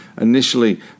initially